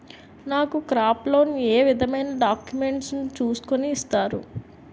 నాకు crop loan ఏ విధమైన డాక్యుమెంట్స్ ను చూస్కుని ఇస్తారు?